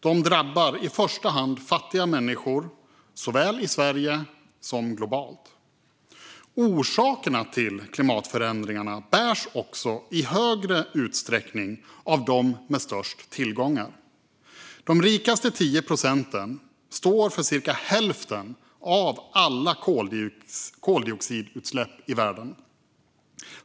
De drabbar i första hand fattiga människor såväl i Sverige som globalt. Orsakerna till klimatförändringarna bärs också i högre utsträckning av dem med störst tillgångar. De rikaste 10 procenten står för cirka hälften av alla koldioxidutsläpp i världen.